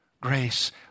grace